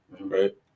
right